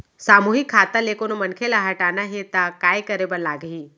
सामूहिक खाता के कोनो मनखे ला हटाना हे ता काय करे बर लागही?